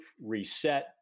reset